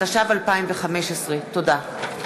התשע"ו 2015. תודה.